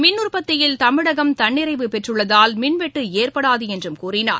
மின் உற்பத்தியில் தமிழகம் தன்னிறைவு பெற்றுள்ளதால் மின் வெட்டுஏற்படாதுஎன்றும் கூறினார்